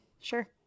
Sure